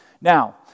Now